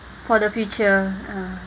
for the future uh